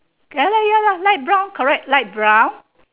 ya lah ya lah light brown correct light brown